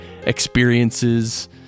experiences